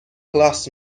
کلاس